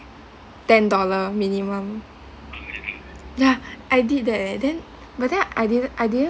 ten dollar minimum ya I did that eh then but then I didn't I didn't